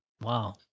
Wow